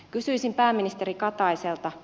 kysyisin pääministeri kataiselta